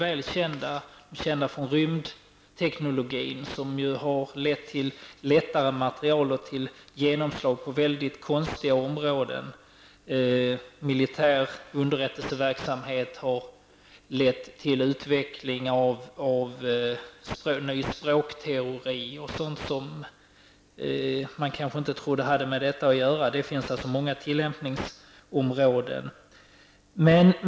De har bl.a. visat sig inom rymdteknologin och på det området lett till att lättare material har kunnat tas fram. Också i övrigt har den militära forskningen fått genomslagskraft på de mest skiftande områden. Militär underrättelseverksamhet har lett till utveckling av nya språkteorier och sådant som man kanske inte trodde hade med militär verksamhet att göra. Det finns exempel inom många tillämpningsområden.